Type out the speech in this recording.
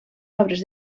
obres